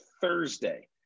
Thursday